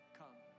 come